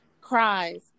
cries